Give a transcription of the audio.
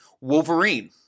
Wolverine